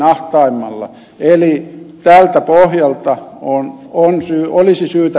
eli tältä pohjalta olisi syytä edetä